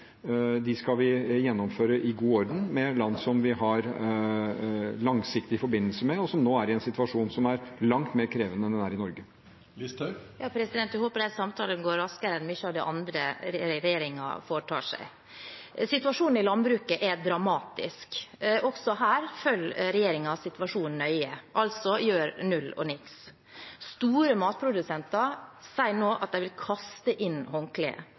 skal vi gjennomføre, i god orden, med land som vi har langsiktige forbindelser med, og som nå er i en situasjon som er langt mer krevende enn den er i Norge. Sylvi Listhaug – til oppfølgingsspørsmål. Jeg håper de samtalene går raskere enn mye av det andre regjeringen foretar seg. Situasjonen i landbruket er dramatisk. Også her følger regjeringen situasjonen nøye, altså gjør null og niks. Store matprodusenter sier nå at de vil kaste inn håndkleet.